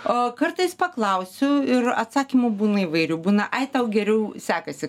o kartais paklausiu ir atsakymų būna įvairių būna ai tau geriau sekasi